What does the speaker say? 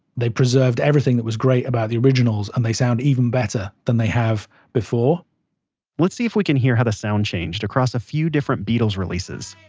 they preserved everything that was great about the originals, and they sound even better than they have before let's see if we can hear how the sound changed across a few different beatles releases.